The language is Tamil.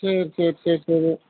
சரி சரி சரி சரி